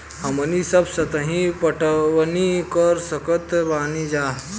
हमनी सब सतही पटवनी क सकतऽ बानी जा